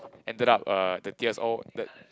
ended up uh the tears all the